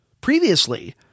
Previously